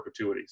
perpetuities